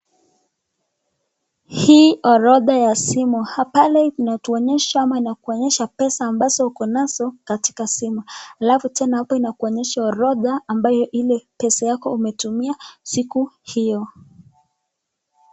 Hii orodha ya simu pale, inatuonyesha ama inakuonyesha pesa ambazo uko nazo katika simu. Alafu tena hapo inakuonyesha orodha ambayo ile pesa yako umetumia siku hiyo.